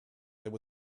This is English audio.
there